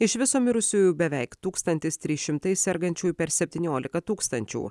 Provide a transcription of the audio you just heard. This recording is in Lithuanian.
iš viso mirusiųjų beveik tūkstantis trys šimtai sergančiųjų per septyniolika tūkstančių